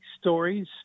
stories